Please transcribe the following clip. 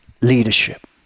leadership